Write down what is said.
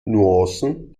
nuancen